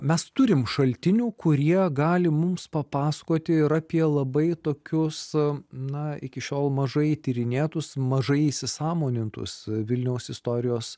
mes turim šaltinių kurie gali mums papasakoti ir apie labai tokius na iki šiol mažai tyrinėtus mažai įsisąmonintus vilniaus istorijos